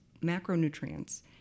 macronutrients